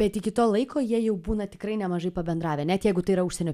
bet iki to laiko jie jau būna tikrai nemažai pabendravę net jeigu tai yra užsienio